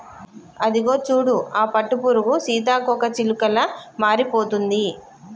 అదిగో చూడు ఆ పట్టుపురుగు సీతాకోకచిలుకలా మారిపోతుంది